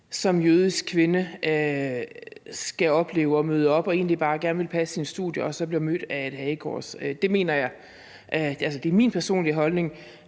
som jødisk kvinde skal opleve at møde op og egentlig bare gerne ville passe sit studie og så blive mødt af et hagekors. Det er min personlige holdning,